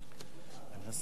הנושא עובר לוועדת העבודה,